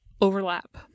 overlap